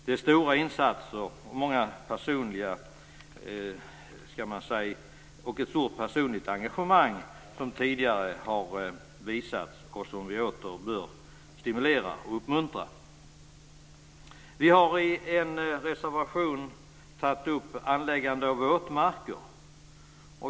Det är stora insatser och ett stort personligt engagemang som tidigare har visats och som vi åter bör stimulera och uppmuntra. Vi har i en reservation tagit upp anläggande av våtmarker.